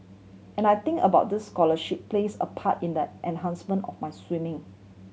and I think about this scholarship plays a part in the enhancement of my swimming